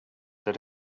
that